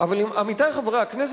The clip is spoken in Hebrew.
פיגוע אחד.